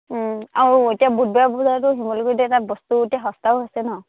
আৰু এতিয়া বুধবাৰ পূজাটো শিমলুগুৰিতে যাক বস্তু এতিয়া সস্তাও হৈছে ন